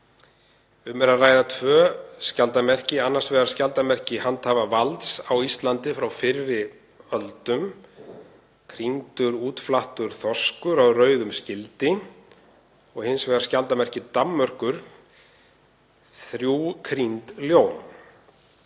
Um er að ræða tvö skjaldarmerki, annars vegar skjaldarmerki handhafa valds á Íslandi frá fyrri öldum, krýndur útflattur þorskur á rauðum skildi, hins vegar skjaldarmerki Danmerkur, þrjú krýnd ljón.